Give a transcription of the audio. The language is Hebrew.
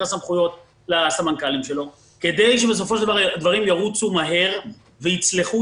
הסמכויות לסמנכ"לים שלו כדי שבסופו של דבר הדברים ירוצו מהר ויצלחו